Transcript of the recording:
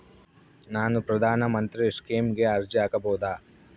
ನಾನು ಪ್ರಧಾನ ಮಂತ್ರಿ ಸ್ಕೇಮಿಗೆ ಅರ್ಜಿ ಹಾಕಬಹುದಾ?